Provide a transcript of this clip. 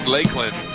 Lakeland